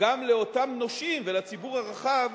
גם לאותם נושים ולציבור הרחב